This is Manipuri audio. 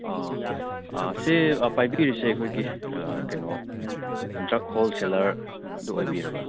ꯑꯥ ꯑꯥ ꯁꯤ ꯑꯥ ꯄꯥꯏꯕꯤꯔꯤꯁꯦ ꯑꯩꯈꯣꯏꯒꯤ ꯑꯥ ꯀꯩꯅꯣ ꯗ꯭ꯔꯒ ꯍꯣꯜ ꯁꯦꯜꯂꯔ ꯑꯥ ꯑꯗꯨ ꯑꯣꯏꯕꯤꯔꯕ꯭ꯔꯥ